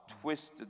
twisted